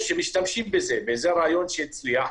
יש משתמשים בזה, וזה רעיון שהצליח.